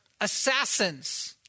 assassins